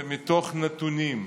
ומתוך נתונים.